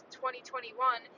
2021